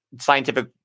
scientific